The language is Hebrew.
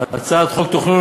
הצעת חוק התכנון